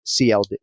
CLD